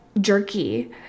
jerky